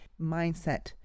mindset